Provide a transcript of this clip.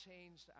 changed